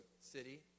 city